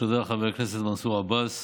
תודה, חבר הכנסת מנסור עבאס.